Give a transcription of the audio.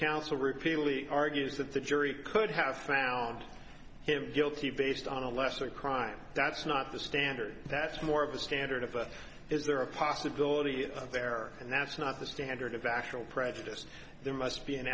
counsel repeatedly argues that the jury could have found him guilty based on a lesser crime that's not the standard that's more of the standard of is there a possibility there and that's not the standard of factual prejudice there must be an